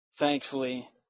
Thankfully